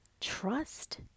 trust